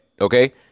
okay